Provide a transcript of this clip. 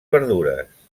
verdures